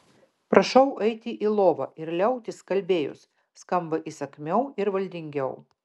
prašau eiti į lovą ir liautis kalbėjus skamba įsakmiau ir valdingiau